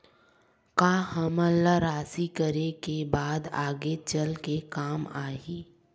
का हमला राशि करे के बाद आगे चल के काम आही?